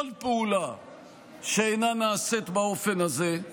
כל פעולה שאינה נעשית באופן הזה,